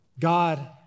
God